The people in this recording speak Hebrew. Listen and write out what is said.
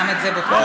גם את זה בודקים.